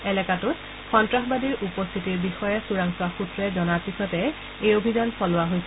এলেকাটোত সন্তাসবাদীৰ উপস্থিতিৰ বিষয়ে চোৰাংচোৱা সূত্ৰে জনাৰ পিছতে এই অভিযান চলোৱা হৈছিল